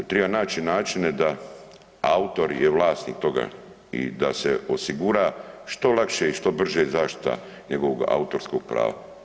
Triba naći načine da autor i vlasnik toga i da se osigura što lakše i što brže zaštita njegovog autorskog prava.